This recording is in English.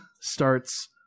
starts